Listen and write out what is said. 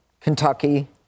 kentucky